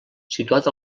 situat